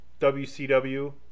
WCW